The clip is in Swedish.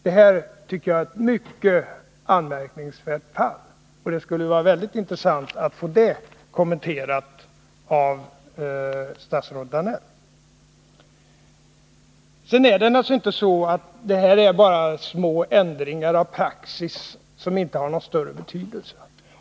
Det här tycker jag är ett mycket anmärkningsvärt fall, och det skulle vara väldigt intressant att få det kommenterat av statsrådet Danell. Vidare är det naturligtvis inte så att det här är bara små ändringar av praxis som inte har någon större betydelse.